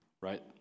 right